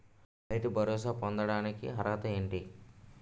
రైతు భరోసా పొందుటకు అర్హత ఏంటి?